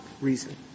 reason